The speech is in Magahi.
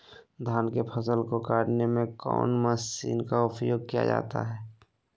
धान के फसल को कटने में कौन माशिन का उपयोग किया जाता है?